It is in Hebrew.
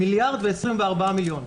מיליארד ו-24 מיליון.